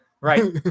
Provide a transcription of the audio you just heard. Right